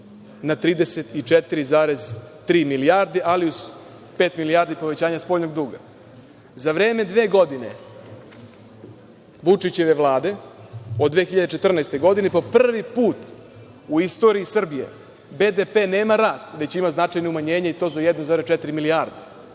na 34,3 milijarde, ali uz pet milijardi povećanja spoljnog duga.Za vreme dve godine Vučićeve vlade, od 2014. godine, po prvi put u istoriji Srbije BDP nema rast, već ima značajno umanjenje i to za 1,4 milijarde.